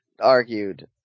Argued